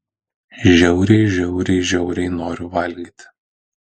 žiauriai žiauriai žiauriai noriu valgyti